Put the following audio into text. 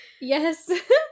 yes